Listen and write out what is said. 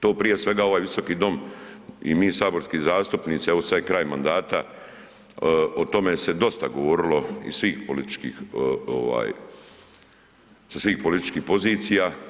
To prije svega ovaj visoki dom i mi saborski zastupnici, evo sad je kraj mandata, o tome se dosta govorilo iz svih političkih ovaj, sa svih političkih pozicija.